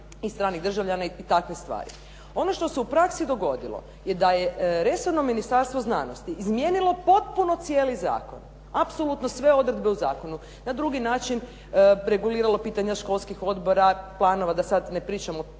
i stranih državljana i takve stvari. Ono što se u praksi dogodilo je da je resorno Ministarstvo znanosti izmijenilo potpuno cijeli zakon. Apsolutno sve odredbe u zakonu. Na drugi način preguliralo pitanja školskih odbora, planova da sad ne pričam